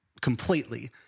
completely